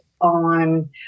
on